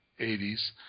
80s